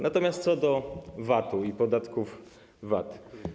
Natomiast co do VAT-u i podatków VAT.